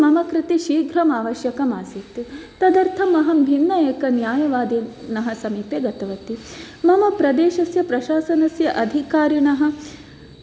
किन्तु मम कृते शीघ्रम् आवश्यकम् आसीत् तदर्थं अहं भिन्न एक न्यायवादिनः समीपे गतवती मम प्रदेशस्य प्रशासनस्य अधिकारिणः